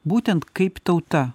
būtent kaip tauta